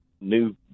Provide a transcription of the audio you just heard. new